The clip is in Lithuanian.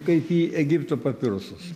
kaip į egipto papirusus